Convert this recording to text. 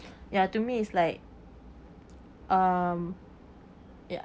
ya to me is like um ya